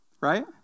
right